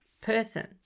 person